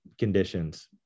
conditions